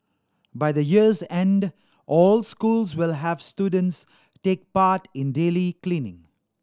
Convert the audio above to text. by the year's end all schools will have students take part in daily cleaning